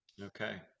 Okay